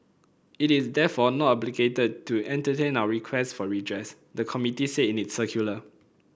it is therefore not obligated to entertain our requests for redress the committee said in its circular